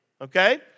okay